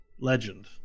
Legend